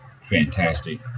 fantastic